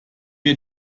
wir